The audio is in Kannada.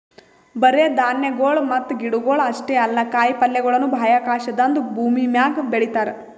ಬರೇ ಧಾನ್ಯಗೊಳ್ ಮತ್ತ ಗಿಡಗೊಳ್ ಅಷ್ಟೇ ಅಲ್ಲಾ ಕಾಯಿ ಪಲ್ಯಗೊಳನು ಬಾಹ್ಯಾಕಾಶದಾಂದು ಭೂಮಿಮ್ಯಾಗ ಬೆಳಿತಾರ್